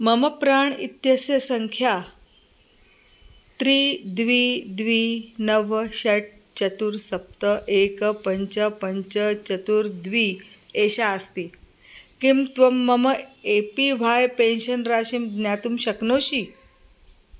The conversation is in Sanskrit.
मम प्राण् इत्यस्य सङ्ख्या त्रीणि द्वे द्वे नव षट् चत्वारि सप्त एकं पञ्च पञ्च चत्वारि द्वे एषा अस्ति किं त्वं मम ए पी व्हाय् पेन्शन् राशिं ज्ञातुं शक्नोषि